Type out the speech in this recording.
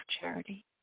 charity